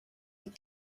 les